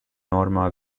norma